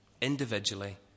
individually